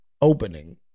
opening